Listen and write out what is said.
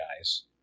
guys